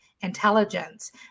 intelligence